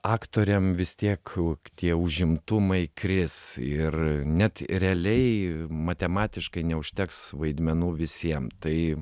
aktoriam vis tiek tie užimtumai kris ir net realiai matematiškai neužteks vaidmenų visiem tai